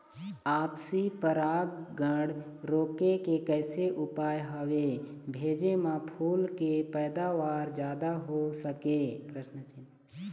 आपसी परागण रोके के कैसे उपाय हवे भेजे मा फूल के पैदावार जादा हों सके?